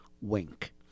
Wink